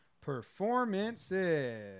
performances